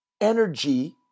energy